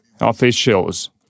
officials